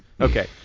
Okay